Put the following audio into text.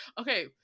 okay